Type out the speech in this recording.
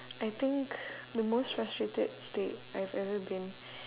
I think the most frustrated state I have ever been